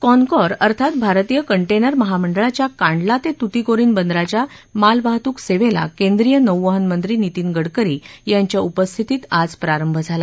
कॉनकॉर अर्थात भारतीय कंटेनर महामंडळाच्या कांडला ते तुतीकारीन बंदराच्या मालवाहतूक सेवेला केंद्रीय नौवहन मंत्री नितीन गडकरी यांच्या उपस्थितीत आज प्रारंभ झाला